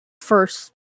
first